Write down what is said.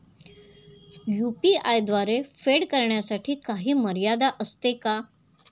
UPI द्वारे फेड करण्यासाठी काही मर्यादा असते का?